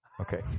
Okay